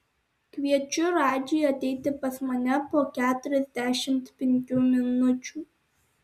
kviečiu radžį ateiti pas mane po keturiasdešimt penkių minučių